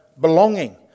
belonging